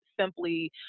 simply